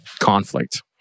conflict